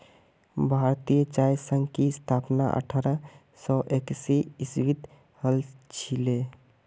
भारतीय चाय संघ की स्थापना अठारह सौ एकासी ईसवीत हल छिले